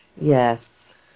Yes